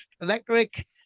electric